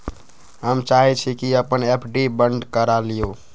हम चाहई छी कि अपन एफ.डी बंद करा लिउ